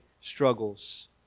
struggles